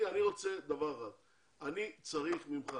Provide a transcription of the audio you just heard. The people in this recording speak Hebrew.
אני מחכה תשובות משרד הפנים אבל אני צריך ממך